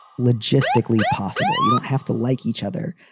logistically possible. you don't have to like each other,